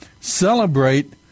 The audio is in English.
celebrate